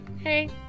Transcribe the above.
hey